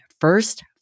First